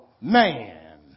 man